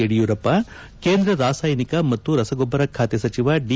ಯಡಿಯೂರಪ್ಪ ಕೇಂದ್ರ ರಾಸಾಯನಿಕ ಮತ್ತು ರಸಗೊಬ್ಬರ ಖಾತೆ ಸಚಿವ ದಿ